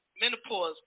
menopause